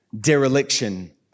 dereliction